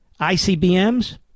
ICBMs